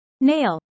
Nail